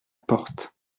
porte